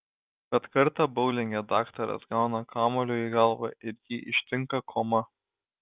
bet kartą boulinge daktaras gauna kamuoliu į galvą ir jį ištinka koma